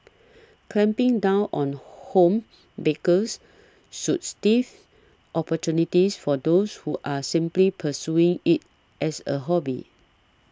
clamping down on home bakers should stifle opportunities for those who are simply pursuing it as a hobby